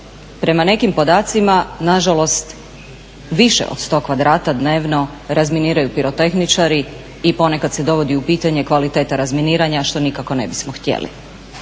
Prema nekim podacima nažalost više od 100 kvadrata dnevno razminiraju pirotehničari i ponekad se dovodi u pitanje kvaliteta razminiranja što nikako ne bismo htjeli.